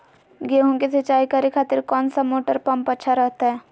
गेहूं के सिंचाई करे खातिर कौन सा मोटर पंप अच्छा रहतय?